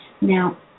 Now